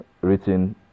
written